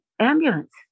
ambulance